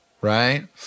right